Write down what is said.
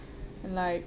and like